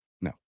No